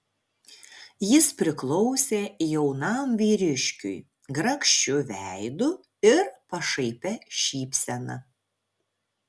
jis priklausė jaunam vyriškiui grakščiu veidu ir pašaipia šypsena